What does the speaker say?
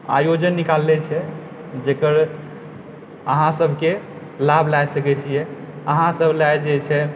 आयोजन निकालले छै जेकर अहाँ सभके लाभ लै सकैत छियै अहाँसभ लऽ जे छै